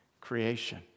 creation